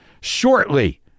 shortly